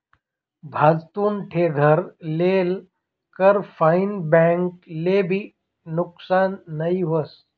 भाजतुन ठे घर लेल कर फाईन बैंक ले भी नुकसान नई व्हस